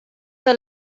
olla